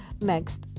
next